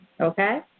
okay